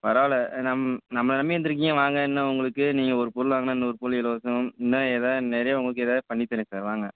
பரவாயில்ல நம் நம்மளை நம்பி வந்துருக்கீங்க வாங்க இன்னும் உங்களுக்கு நீங்கள் ஒரு பொருள் வாங்கினா இன்னொரு பொருள் இலவசம் இன்னும் எதாது நிறையா உங்களுக்கு ஏதாவது பண்ணித் தர்றேன் சார் வாங்க